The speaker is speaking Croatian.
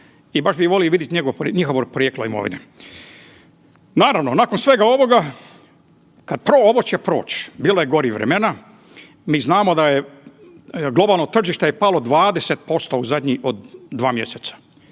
i baš bih volio vidjeti njihovo porijeklo imovine. Naravno nakon svega ovoga, ovo će proć, bilo je i gorih vremena, mi znamo da je globalno tržište palo 20% u zadnja dva mjeseca.